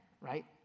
right